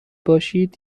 باشید